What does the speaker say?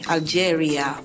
Algeria